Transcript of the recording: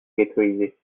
ghettoïsés